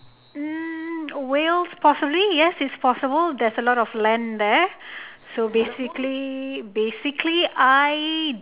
mm Wales possibly yes it's possible there's a lot of land there so basically basically I